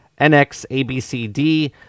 NXABCD